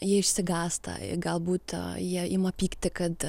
jie išsigąsta galbūt a jie ima pykti kad